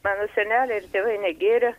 mano seneliai ir tėvai negėrė